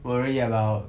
worry about